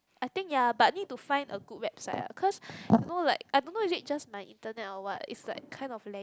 I think ya but need to find a good website ah cause you know like I don't know is it just my internet or what is like kind of lag